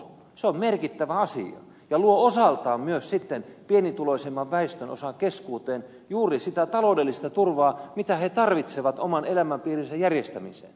se on merkittävä asia ja luo osaltaan myös sitten pienituloisemman väestönosan keskuuteen juuri sitä taloudellista turvaa mitä he tarvitsevat oman elämänpiirinsä järjestämiseen